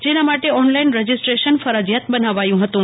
જેન મ ટે online registration ફરજીય ત બન વ યું હતું